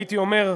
הייתי אומר,